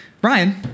Brian